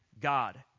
God